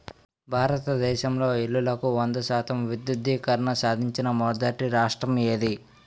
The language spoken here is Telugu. భారతదేశంలో ఇల్లులకు వంద శాతం విద్యుద్దీకరణ సాధించిన మొదటి రాష్ట్రం ఏది?